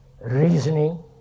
reasoning